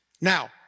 Now